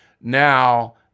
now